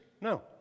No